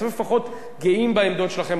אתם לפחות גאים בעמדות שלכם,